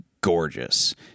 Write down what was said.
gorgeous